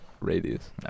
radius